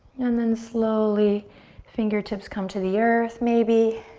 and then slowly fingertips come to the earth maybe.